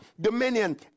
dominion